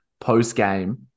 post-game